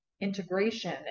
integration